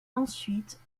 ensuite